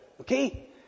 Okay